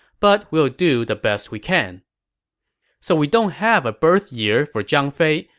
but we'll do the best we can so we don't have a birth year for zhang fei,